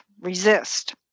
resist